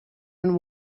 and